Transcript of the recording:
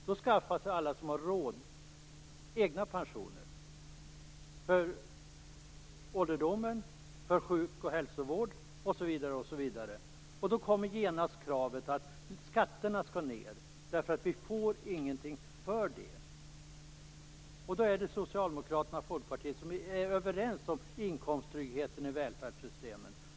Då skaffar sig alla som har råd egna pensioner för ålderdom, för sjuk och hälsovård osv., och därmed ställs genast kravet på att skatterna skall sänkas därför att man inte får någonting för de skattepengar som man betalar. Folkpartiet och Socialdemokraterna är överens om inkomsttryggheten i välfärdssystemen.